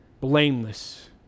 blameless